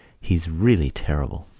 he's really terrible.